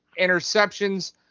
interceptions